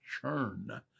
churn